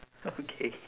okay